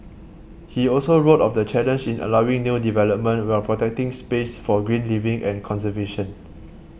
he also wrote of the challenge in allowing new development while protecting space for green living and conservation